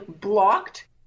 blocked